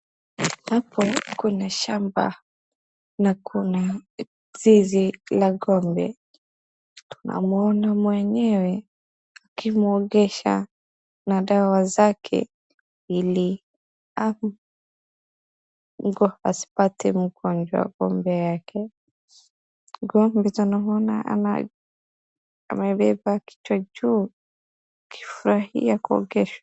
Hapo kuna shamba na kuna zizi la ng'ombe. Tunamuona mwenyewe akimwogesha na dawa zake ili asipate ugonjwa ng'ombe yake. Ng'ombe tunamuona ana... amebeba kichwa juu akifurahia kuogeshwa.